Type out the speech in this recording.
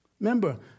Remember